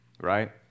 right